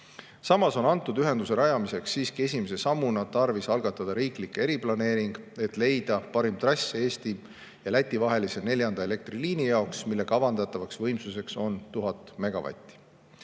Samas on antud ühenduse rajamiseks esimese sammuna tarvis algatada riiklik eriplaneering, et leida parim trass Eesti ja Läti vahelise neljanda elektriliini jaoks, mille kavandatavaks võimsuseks on 1000 megavatti.